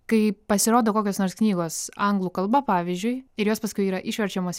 kai pasirodo kokios nors knygos anglų kalba pavyzdžiui ir jos paskui yra išverčiamos